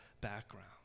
background